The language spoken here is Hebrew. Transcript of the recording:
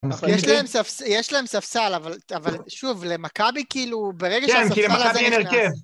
יש להם ספסל, אבל שוב, למכבי כאילו ברגע שהספסל הזה נכנס...